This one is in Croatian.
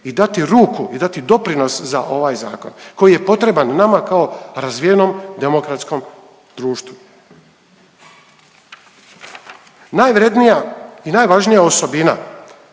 i dati ruku i dati doprinos za ovaj zakon, koji je potreban nama kao razvijenom demokratskom društvu. Najvrjednija i najvažnija osobina